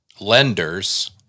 lenders